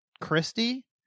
Christy